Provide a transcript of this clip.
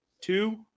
two